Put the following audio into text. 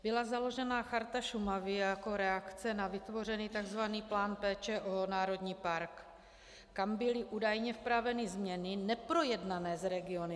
Byla založena Charta Šumavy jako reakce na vytvořený tzv. plán péče o národní park, kam byly údajně vpraveny změny neprojednané s regiony.